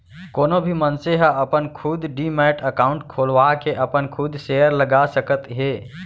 कोनो भी मनसे ह अपन खुद डीमैट अकाउंड खोलवाके अपन खुद सेयर लगा सकत हे